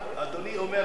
הוא צודק, היה.